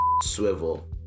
swivel